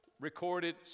recorded